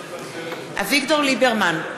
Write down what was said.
בעד אביגדור ליברמן,